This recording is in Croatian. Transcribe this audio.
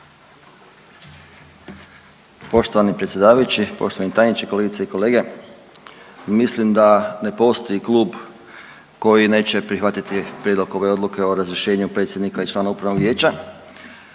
Poštovani predsjedavajući, poštovani tajniče, kolegice i kolege. Mislim da ne postoji klub koji neće prihvatiti Prijedlog ove Odluke o razrješenju predsjednika i člana Upravnog vijeća